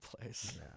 place